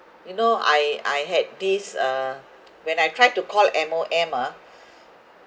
you know I I had this uh when I tried to call M_O_M ah